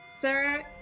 Sarah